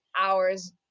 hours